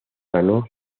ganó